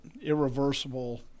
irreversible